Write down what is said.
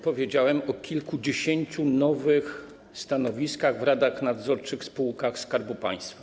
Powiedziałem o kilkudziesięciu nowych stanowiskach w radach nadzorczych spółek Skarbu Państwa.